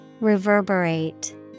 Reverberate